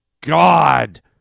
God